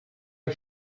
are